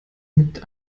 mit